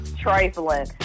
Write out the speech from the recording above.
trifling